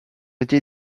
été